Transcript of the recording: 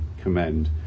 commend